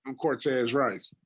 um cortez rise.